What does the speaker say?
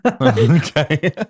Okay